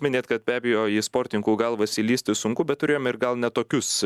minit kad be abejo į sportininkų galvas įlįsti sunku bet turėjom ir gal ne tokius